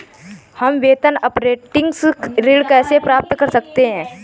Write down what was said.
हम वेतन अपरेंटिस ऋण कैसे प्राप्त कर सकते हैं?